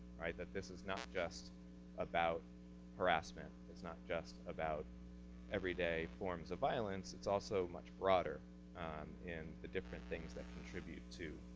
that this is not just about harassment is not just about everyday forms of violence it's also much broader and the different things that contribute to,